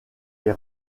est